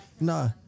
Nah